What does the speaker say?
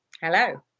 Hello